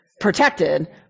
protected